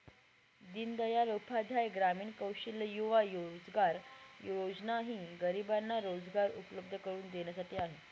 दीनदयाल उपाध्याय ग्रामीण कौशल्य युवा रोजगार योजना ही गरिबांना रोजगार उपलब्ध करून देण्यासाठी आहे